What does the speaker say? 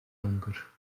donker